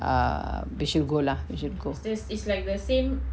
err we should go lah we should go